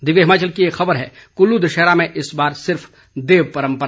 दिव्य हिमाचल की एक खबर है कुल्लू दशहरा में इस बार सिर्फ देव परम्परा